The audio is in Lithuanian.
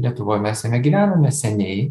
lietuvoj mes jame gyvename seniai